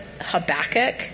Habakkuk